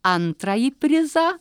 antrąjį prizą